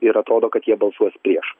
ir atrodo kad jie balsuos prieš